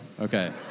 Okay